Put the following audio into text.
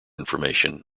information